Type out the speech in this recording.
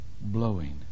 blowing